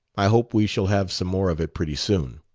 i hope we shall have some more of it pretty soon.